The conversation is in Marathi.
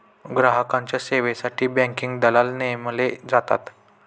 ग्राहकांच्या सेवेसाठी बँकिंग दलाल नेमले जातात